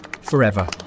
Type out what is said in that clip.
forever